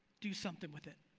do something with it.